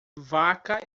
vaca